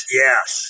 yes